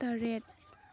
ꯇꯔꯦꯠ